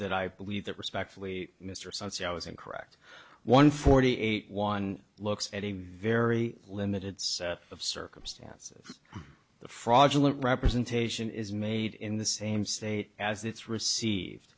that i believe that respectfully mr since i was in correct one forty eight one looks at a very limited set of circumstances the fraudulent representation is made in the same state as it's receive